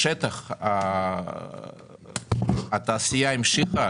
בשטח התעשייה המשיכה